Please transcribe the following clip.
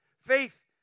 Faith